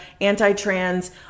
anti-trans